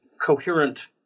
coherent